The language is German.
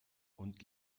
und